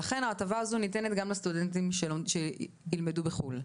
לכן ההטבה הזאת ניתנת גם לסטודנטים שילמדו בחו"ל.